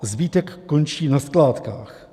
Zbytek končí na skládkách.